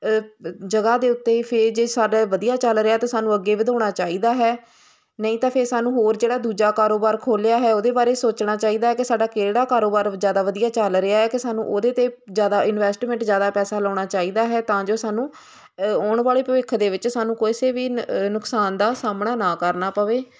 ਜਗ੍ਹਾ ਦੇ ਉੱਤੇ ਫਿਰ ਜੇ ਸਾਡਾ ਵਧੀਆ ਚੱਲ ਰਿਹਾ ਤਾਂ ਸਾਨੂੰ ਅੱਗੇ ਵਧਾਉਣਾ ਚਾਹੀਦਾ ਹੈ ਨਹੀਂ ਤਾਂ ਫਿਰ ਸਾਨੂੰ ਹੋਰ ਜਿਹੜਾ ਦੂਜਾ ਕਾਰੋਬਾਰ ਖੋਲ੍ਹਿਆ ਹੈ ਉਹਦੇ ਬਾਰੇ ਸੋਚਣਾ ਚਾਹੀਦਾ ਕਿ ਸਾਡਾ ਕਿਹੜਾ ਕਾਰੋਬਾਰ ਜ਼ਿਆਦਾ ਵਧੀਆ ਚੱਲ ਰਿਹਾ ਕਿ ਸਾਨੂੰ ਉਹਦੇ 'ਤੇ ਜ਼ਿਆਦਾ ਇਨਵੈਸਟਮੈਂਟ ਜ਼ਿਆਦਾ ਪੈਸਾ ਲਾਉਣਾ ਚਾਹੀਦਾ ਹੈ ਤਾਂ ਜੋ ਸਾਨੂੰ ਆਉਣ ਵਾਲੇ ਭਵਿੱਖ ਦੇ ਵਿੱਚ ਸਾਨੂੰ ਕਿਸੇ ਵੀ ਨੁਕਸਾਨ ਦਾ ਸਾਹਮਣਾ ਨਾ ਕਰਨਾ ਪਵੇ